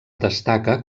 destaca